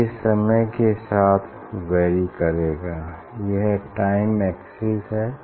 ये समय के साथ वैरी करेगा यह टाइम एक्सिस है